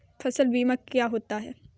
फसल बीमा क्या होता है?